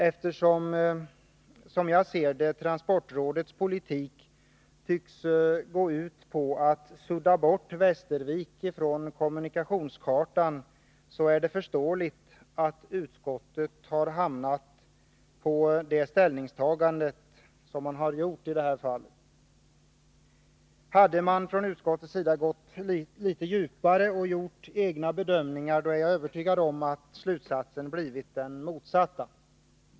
Eftersom, som jag ser det, transportrådets politik tycks gå ut på att sudda bort Västervik från kommunikationskartan, är det förståeligt att utskottet har gjort det ställningstagande som man i det här fallet har redovisat. Hade utskottet trängt litet djupare in i frågan och gjort egna bedömningar, är jag övertygad om att slutsatsen blivit den motsatta.